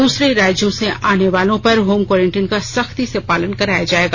दूसरे राज्यों से आनेवालों पर होम कोरेंटीन का सख्ती से पालन कराया जायेगा